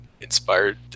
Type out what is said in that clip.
inspired